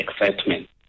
excitement